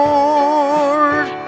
Lord